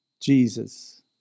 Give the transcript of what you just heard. Jesus